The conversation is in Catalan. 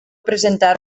presentar